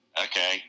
Okay